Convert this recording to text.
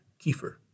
Kiefer